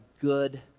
good